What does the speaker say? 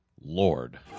Lord